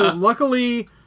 luckily